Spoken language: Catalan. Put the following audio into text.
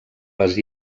les